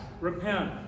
repent